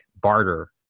barter